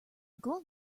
gold